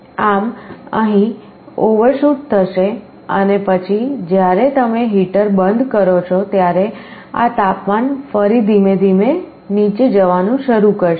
આમ અહીં ઓવરશૂટ થશે અને પછી જ્યારે તમે હીટર બંધ કરો ત્યારે આ તાપમાન ફરી ધીમે ધીમે નીચે જવાનું શરૂ કરશે